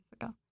ago